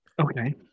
Okay